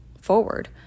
forward